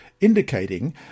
indicating